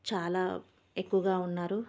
చాలా ఎక్కువగా ఉన్నారు